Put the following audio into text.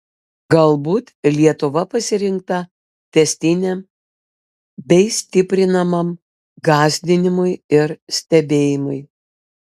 galbūt lietuva pasirinkta tęstiniam bei stiprinamam gąsdinimui ir stebėjimui